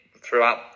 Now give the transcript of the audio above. throughout